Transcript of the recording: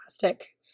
fantastic